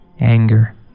anger